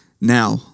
Now